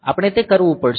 આપણે તે કરવું પડશે